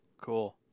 Cool